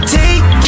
take